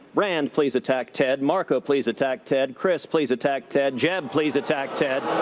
rand, please attack ted. marco, please attack ted. chris, please attack ted. jeb, please attack ted.